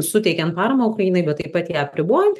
suteikiant paramą ukrainai bet taip pat ją apribojant